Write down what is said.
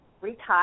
retire